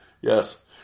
yes